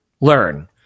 learn